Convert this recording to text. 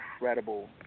incredible